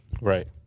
Right